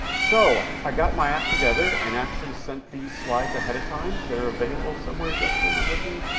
so i got my act together and actually sent these slides ahead of time. they're available somewhere, justyn, i'm looking?